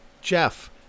Jeff